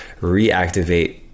Reactivate